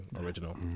original